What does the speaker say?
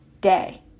day